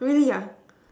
really ah